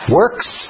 works